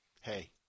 hey